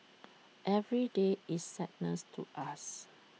every day is sadness to us